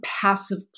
passive